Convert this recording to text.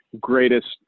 greatest